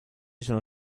sono